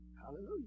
Hallelujah